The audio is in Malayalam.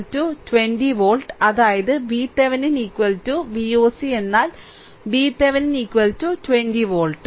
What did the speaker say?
Voc 20 വോൾട്ട് അതായത് VThevenin Voc എന്നാൽ VThevenin 20 വോൾട്ട്